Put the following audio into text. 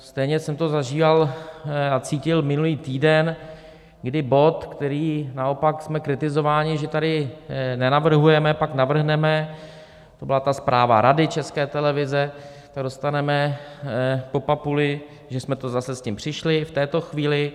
Stejně jsem to zažíval a cítil minulý týden, kdy bod, který naopak jsme kritizováni, že tady nenavrhujeme, pak navrhneme, to byla ta zpráva Rady České televize, tak dostaneme po papuli, že jsme zase s tím přišli v této chvíli.